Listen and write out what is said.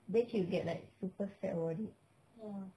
then she will get like super sad about it